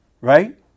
Right